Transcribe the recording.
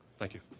thank you.